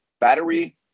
battery